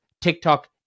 TikTok